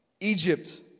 Egypt